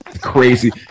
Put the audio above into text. crazy